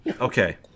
Okay